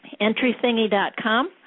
EntryThingy.com